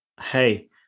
hey